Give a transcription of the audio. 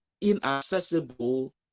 inaccessible